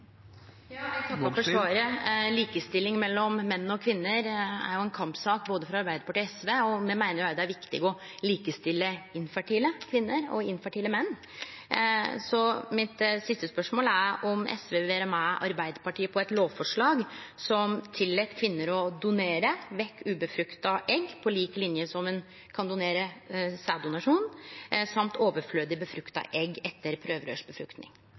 Eg takkar for svaret. Likestilling mellom menn og kvinner er ei kampsak både for Arbeidarpartiet og for SV, og me meiner også det er viktig å likestille infertile kvinner og infertile menn. Mitt siste spørsmål er om SV vil vere med Arbeidarpartiet på eit lovforslag som tillèt kvinner å donere ubefrukta egg, på lik linje med sæddonasjon, samt overflødige befrukta egg etter prøverørsbefruktning.